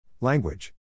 Language